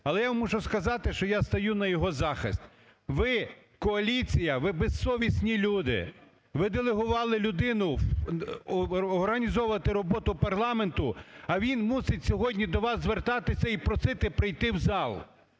Але я вам мушу сказати, що я стаю на його захист. Ви, коаліція, ви безсовісні люди, ви делегували людину організовувати роботу парламенту, а він мусить сьогодні до вас звертатися і просити прийти в зал.